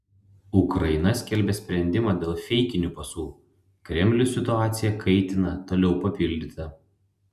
ukraina skelbia sprendimą dėl feikinių pasų kremlius situaciją kaitina toliau papildyta